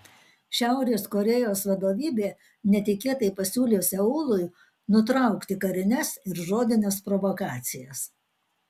šiaurės korėjos vadovybė netikėtai pasiūlė seului nutraukti karines ir žodines provokacijas